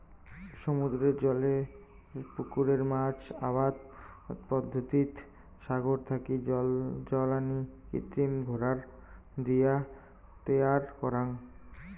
সমুদ্রের জলের পুকুরে মাছ আবাদ পদ্ধতিত সাগর থাকি জল আনি কৃত্রিম ঘেরাও দিয়া তৈয়ার করাং